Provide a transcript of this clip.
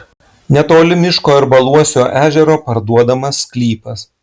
netoli miško ir baluosio ežero parduodamas sklypas